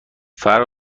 فرق